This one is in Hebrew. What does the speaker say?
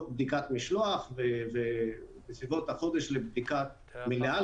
בדיקת משלוח ובסביבות חודש לבדיקה מלאה.